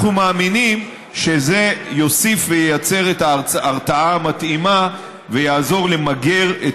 אנחנו מאמינים שיוסיף וייצר את ההרתעה המתאימה ויעזור למגר את